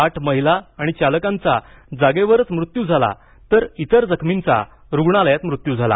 आठ महिला आणि चालकांचा जागेवरच मृत्यू झाला तर इतर जखमींचा रुग्णालयात मृत्यू झाला